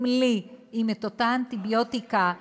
אם את אותה אנטיביוטיקה,